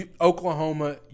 Oklahoma